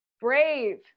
Brave